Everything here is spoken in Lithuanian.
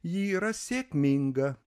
ji yra sėkminga